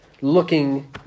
looking